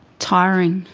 tiring,